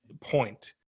point